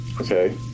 Okay